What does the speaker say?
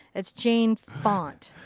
it's jane font.